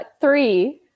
three